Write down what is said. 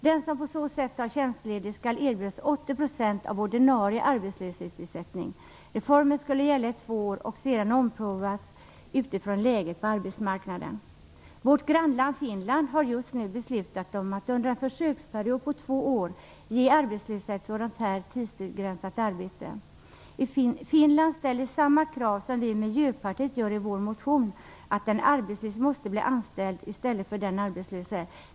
Den som på så sätt tar tjänstledigt skall erbjudas 80 % av ordinarie arbetslöshetsersättning. Reformen skulle gälla i två år och sedan omprövas utifrån läget på arbetsmarknaden. Vårt grannland Finland har just beslutat om att under en försöksperiod på två år ge arbetslösa ett sådant tidsbegränsat arbete. Finland ställer samma krav som vi i Miljöpartiet gör i vår motion, att en arbetslös måste bli anställd i stället för den tjänstledige.